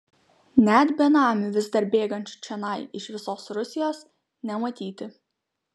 net benamių vis dar bėgančių čionai iš visos rusijos nematyti